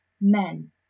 men